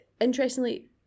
interestingly